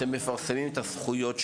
אתם מפרסמים את הזכויות שלהם?